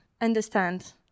understand